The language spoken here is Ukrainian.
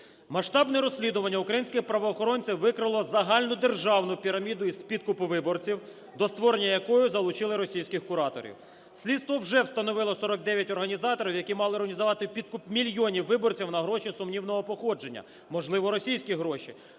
Масштабне розслідування українських правоохоронців викрило загальнодержавну піраміду із підкупу виборців, до створення якої залучили російських кураторів. Слідство вже встановило 49 організаторів, які мали організувати підкуп мільйонів виборців на гроші сумнівного походження, можливо, російські гроші.